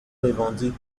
revendique